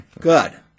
good